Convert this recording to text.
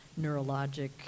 neurologic